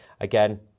Again